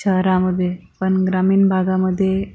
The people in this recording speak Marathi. शहरामधे पण ग्रामीण भागामधे